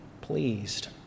pleased